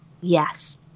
yes